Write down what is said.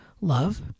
love